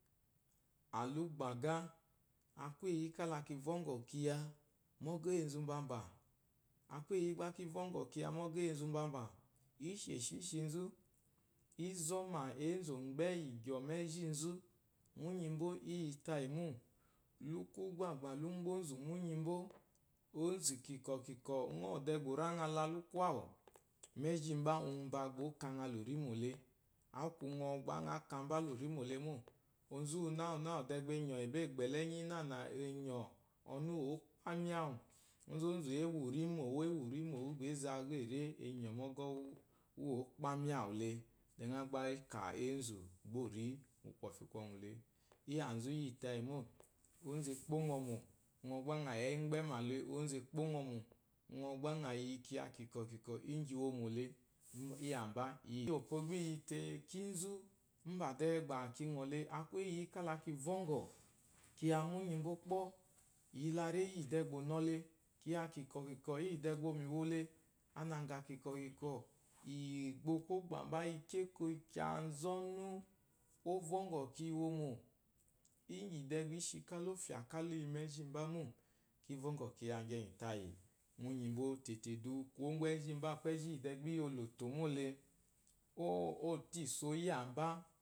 Alugbaga aku koye kala ki vɔngɔ kiya mu ogoh enzu mbamba, aku eyi gba ki vɔngɔ enzu mbamba, isheshi ishinzu, izoma te enzee ɔgbe egi gyoo mejinzu munyimbo iyitayi mo luku gba gba lu gbe onzu nunyimbo, mze ikinkwo-ikinkwo ngɔ uwu de bwa orangha la luku awu, mejimba umba gba oka la urimole onzu uwuna wuna gbe gbe anyo agbelenyi nana to ɔnu uwu kpami awu onzu onzu ewu le tengha gba a kyanzu iyitayi mo, onzu ekpongɔmo ngɔ gba ngɔ yi eyi iyi gbemale onzu ekpongɔmo ngɔ gba ngɔ kuya ikinkwo ikinkwo igyc iwomo le iya mba iyi tayi tayimo eyi opo gba iyi tmeba de ba ki ngɔle kala ki vɔngo kiya munyimbo kpɔ iyila reyi de bwɔ owole ananga kunkwɔ kinkwɔ iyi gbo kwogbamba kiki eko ki azonu gba ɔvɔngo kiya iwomo iyi de ka lofya ka lo ma ejimba mo ɔvɔngo kiya gyegyi munimbo tete du kuwo ngwu ejimba aku eji iyi de bi yi olotole ko idi iso iyamba